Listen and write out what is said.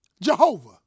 Jehovah